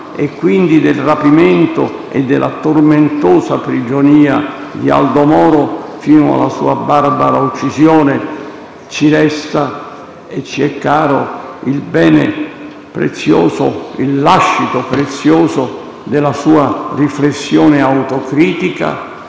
e quindi del rapimento e della tormentosa prigionia di Aldo Moro, fino alla sua barbara uccisione. Ci resta e ci è caro il lascito prezioso della sua riflessione autocritica,